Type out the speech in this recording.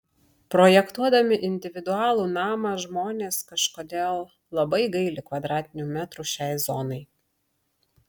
projektuodami individualų namą žmonės kažkodėl labai gaili kvadratinių metrų šiai zonai